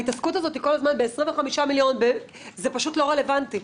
ההתעסקות הזאת כל הזמן ב-25 מיליון זה פשוט לא רלוונטי.